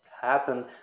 happen